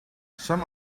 some